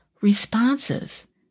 responses